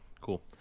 Cool